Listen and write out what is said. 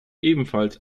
ebenfalls